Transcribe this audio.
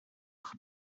eich